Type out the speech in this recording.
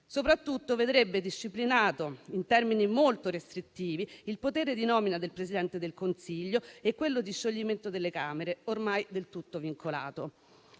Soprattutto, vedrebbe disciplinato in termini molto restrittivi il potere di nomina del Presidente del Consiglio e quello di scioglimento delle Camere, ormai del tutto vincolato.